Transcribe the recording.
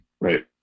Right